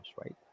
right